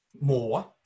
more